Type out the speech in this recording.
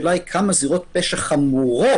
השאלה היא כמה זירות פשע חמורות